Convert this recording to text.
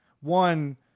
one